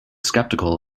skeptical